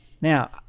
Now